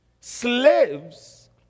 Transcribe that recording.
Slaves